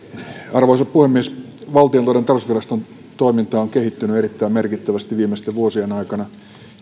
arvoisa puhemies valtiontalouden tarkastusviraston toiminta on kehittynyt erittäin merkittävästi viimeisten vuosien aikana